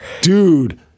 Dude